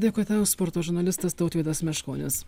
dėkui tau sporto žurnalistas tautvydas meškonis